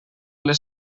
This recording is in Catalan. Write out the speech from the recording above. les